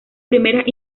primeras